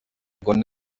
con